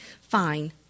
fine